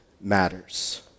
matters